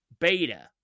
beta